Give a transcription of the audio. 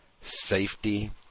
Safety